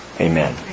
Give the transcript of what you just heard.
Amen